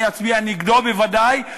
אני אצביע נגדו בוודאי,